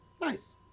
nice